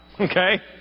Okay